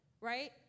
right